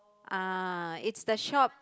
ah it's the shop